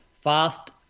fast